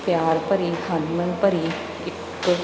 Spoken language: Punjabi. ਪਿਆਰ ਭਰੀ ਹਰਮਨ ਭਰੀ ਇੱਕ